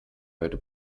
heute